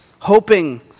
Hoping